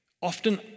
often